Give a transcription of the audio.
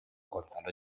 gonzalo